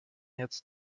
jetzt